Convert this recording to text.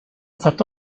fatto